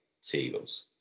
Seagulls